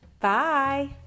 bye